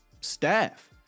staff